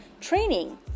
training